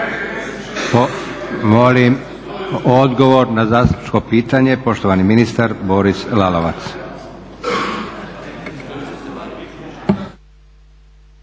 Molim odgovor na zastupničko pitanje, poštovani ministar Boris Lalovac.